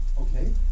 okay